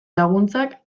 laguntzak